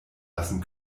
lassen